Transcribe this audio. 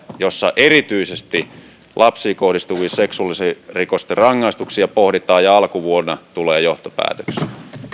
jossa erityisesti lapsiin kohdistuvien seksuaalirikosten rangaistuksia pohditaan ja alkuvuonna tulee johtopäätöksiä